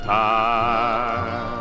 time